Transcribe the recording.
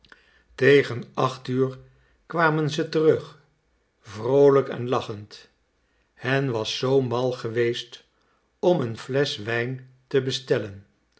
tegen acht uur kwamen ze terug vroolijk en lachend hen was zoo m a geweest om een flesch wijn te bestellen